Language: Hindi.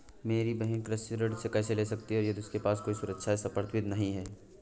मेरी बहिन कृषि ऋण कैसे ले सकती है यदि उसके पास कोई सुरक्षा या संपार्श्विक नहीं है?